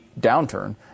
downturn